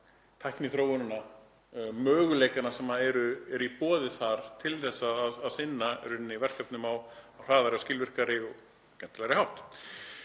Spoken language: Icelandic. tækniþróunina og möguleikana sem eru í boði til þess að sinna verkefnum á hraðari og skilvirkari og skemmtilegri hátt.